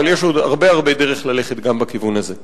אבל יש עוד הרבה הרבה דרך ללכת גם בכיוון הזה.